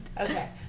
Okay